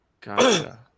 Gotcha